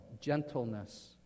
Gentleness